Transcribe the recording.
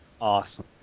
Awesome